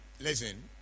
Listen